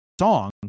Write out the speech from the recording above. song